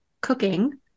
cooking